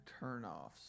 turnoffs